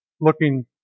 looking